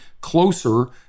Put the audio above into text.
closer